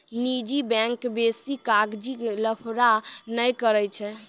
निजी बैंक बेसी कागजी लफड़ा नै करै छै